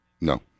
No